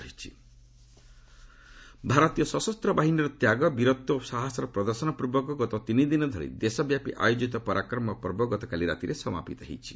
ପରାକ୍ରମ ପର୍ବ ଭାରତୀୟ ସଶସ୍ତ ବାହିନୀର ତ୍ୟାଗ ବୀରତ୍ୱ ଓ ସାହସର ପ୍ରଦର୍ଶନ ପୂର୍ବକ ଗତ ତିନିଦିନ ଧରି ଦେଶବ୍ୟାପି ଆୟୋଜିତ ପରାକ୍ରମ ପର୍ବ ଗତକାଲି ରାତିରେ ସମାପିତ ହୋଇଛି